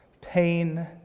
pain